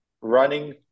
running